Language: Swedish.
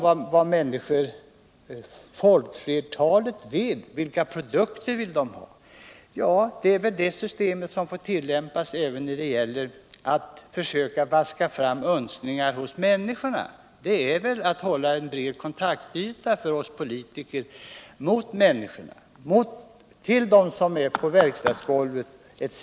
Vad vet vi om vad folkflertalet vill, vilka produkter de vill ha? Även när det gäller att vaska fram önskningar hos människorna får väl vi politiker hålla breda kontaktytor med människorna, med dem som är på verkstadsgolvet etc.